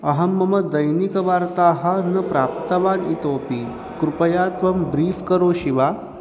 अहं मम दैनिकवार्ताः न प्राप्तवान् इतोपि कृपया त्वं ब्रीफ़् करोषि वा